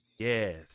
Yes